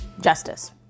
justice